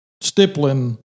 stippling